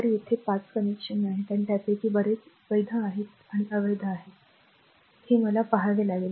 तर तेथे 5 कनेक्शन आहेत आणि त्यापैकी बरेच वैध आहेत की अवैध आहेत हे मला पहावे लागेल